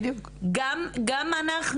גם אנחנו,